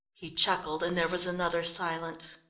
he chuckled, and there was another silence.